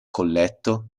colletto